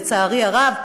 לצערי הרב,